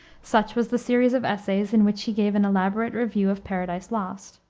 such was the series of essays, in which he gave an elaborate review of paradise lost.